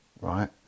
right